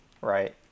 right